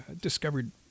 discovered